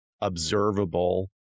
observable